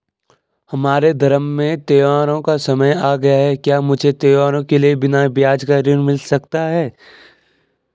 हमारे धर्म में त्योंहारो का समय आ गया है क्या मुझे त्योहारों के लिए बिना ब्याज का ऋण मिल सकता है?